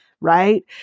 right